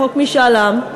חוק משאל עם,